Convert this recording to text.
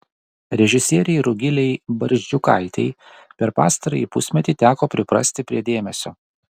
režisierei rugilei barzdžiukaitei per pastarąjį pusmetį teko priprasti prie dėmesio